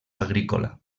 agrícola